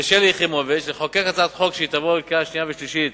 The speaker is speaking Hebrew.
ושלי יחימוביץ לחוקק הצעת חוק שתבוא לקריאה שנייה ולקריאה שלישית,